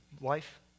life